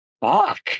fuck